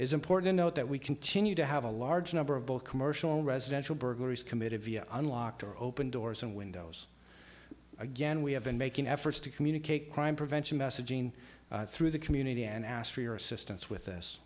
is important to note that we continue to have a large number of both commercial residential burglaries committed via unlocked or open doors and windows again we have been making efforts to communicate crime prevention messaging through the community and asked for your assistance with